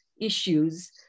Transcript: issues